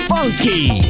Funky